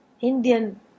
indian